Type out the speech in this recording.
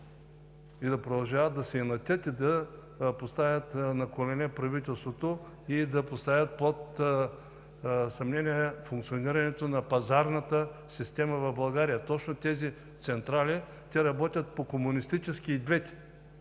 И да продължават да се инатят, и да поставят на колене правителството, и да поставят под съмнение функционирането на пазарната система в България. Точно тези централи работят по комунистически – и двете!